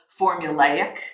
formulaic